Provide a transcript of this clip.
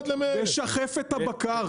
זה שחפת הבקר,